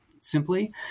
simply